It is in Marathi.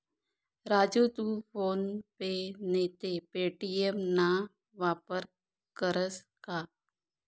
राजू तू फोन पे नैते पे.टी.एम ना वापर करस का?